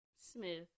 Smith